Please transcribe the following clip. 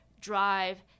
drive